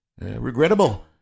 regrettable